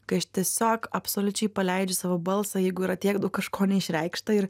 kai aš tiesiog absoliučiai paleidžiu savo balsą jeigu yra tiek daug kažko neišreikšta ir